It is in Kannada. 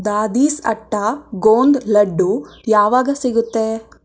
ದಾದೀಸ್ ಅಟ್ಟಾ ಗೋಂದ್ ಲಡ್ಡು ಯಾವಾಗ ಸಿಗತ್ತೆ